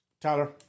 Tyler